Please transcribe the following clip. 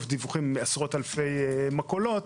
מעשרות-אלפי מכולות,